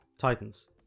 Titans